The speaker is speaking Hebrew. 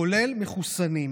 כולל מחוסנים.